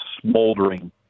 smoldering